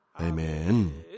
Amen